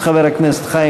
חברי הכנסת,